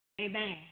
Amen